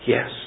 Yes